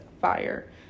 Fire